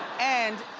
and,